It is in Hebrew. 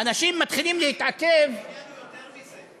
אנשים מתחילים להתעכב, טיבי, העניין הוא יותר מזה.